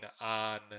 on